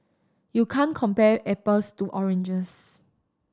you can't compare apples to oranges